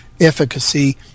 efficacy